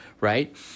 right